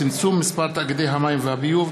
צמצום מספר תאגידי המים והביוב),